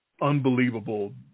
Unbelievable